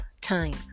time